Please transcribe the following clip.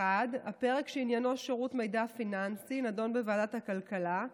1. הפרק שעניינו שירות מידע פיננסי נדון בוועדת הכלכלה,